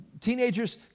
Teenagers